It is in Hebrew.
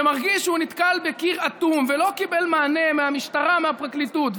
שמרגיש שהוא נתקל בקיר אטום ולא קיבל מענה מהמשטרה ומהפרקליטות,